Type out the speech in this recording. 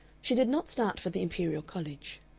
she did not start for the imperial college.